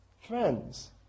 Friends